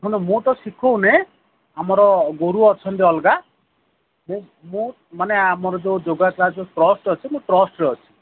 ଭଲ ମୁଁ ତ ଶିଖଉନି ଆମର ଗୁରୁ ଅଛନ୍ତି ଅଲଗା ମୁଁ ମୁଁ ମାନେ ଆମର ଯୋଉ ଯୋଗା କ୍ଲାସ୍ର ଟ୍ରଷ୍ଟ ଅଛି ମୁଁ ଟ୍ରଷ୍ଟରେ ଅଛି